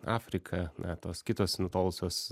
afrika na tos kitos nutolusios